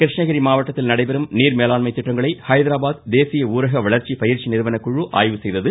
கிருஷ்ணகிரி மாவட்டத்தில் நடைபெறும் நீர் மேலாண்மை திட்டங்களை ஹைதராபாத் தேசிய ஊரக வளர்ச்சி பயிற்சி நிறுவன குழு ஆய்வு செய்தது